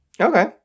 Okay